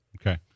Okay